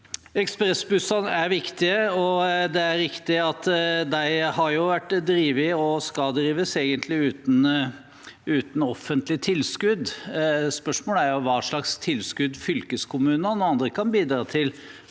Ekspressbussene er viktige, og det er riktig at de har vært drevet – og skal drives, egentlig – uten offentlige tilskudd. Spørsmålet er hva slags tilskudd fylkeskommunene og andre kan bidra til